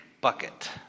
bucket